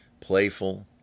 playful